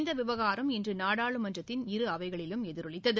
இந்த விவகாரம் இன்று நாடாளுமன்றத்தின் இரு அவைகளிலும் எதிரொலித்தன